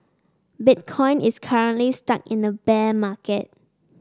bitcoin is currently stuck in a bear market